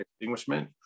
extinguishment